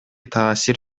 таасир